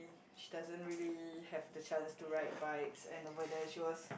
she doesn't really have the chance to ride bikes and over there she was